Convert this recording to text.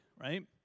right